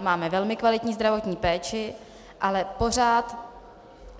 Máme velmi kvalitní zdravotní péči, ale pořád,